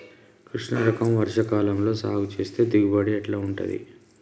కృష్ణ రకం వర్ష కాలం లో సాగు చేస్తే దిగుబడి ఎట్లా ఉంటది?